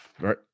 right